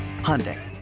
Hyundai